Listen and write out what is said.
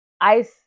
ICE